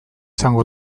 izango